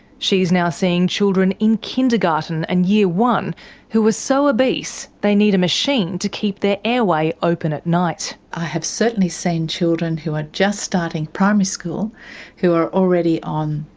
she's now seeing children in kindergarten and year one who are so obese they need a machine to keep their airway open at night. i have certainly same children who are just starting primary school who are already on,